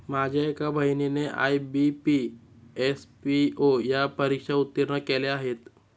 माझ्या एका बहिणीने आय.बी.पी, एस.पी.ओ या परीक्षा उत्तीर्ण केल्या आहेत